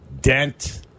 Dent